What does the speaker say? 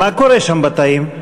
מה קורה שם בתאים?